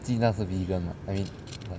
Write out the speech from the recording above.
鸡蛋是 vegan ah I mean like